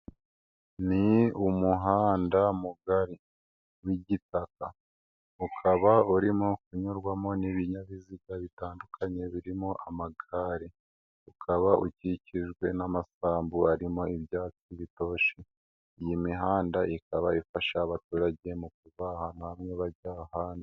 Ni umuhanda mugari w'igitaka ukaba urimo kunyurwamo n'ibinyabiziga bitandukanye birimo amagare, ukaba ukikijwe n'amasambu harimo ibyatsi bitoshye, iyi mihanda ikaba ifasha abaturage mu kuba ahantu hamwe bajya ahandi.